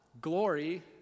glory